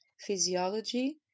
physiology